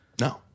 No